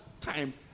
time